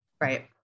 Right